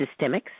systemics